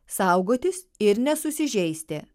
saugotis ir nesusižeisti